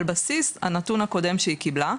על בסיס הנתון הקודם שהיא קיבלה,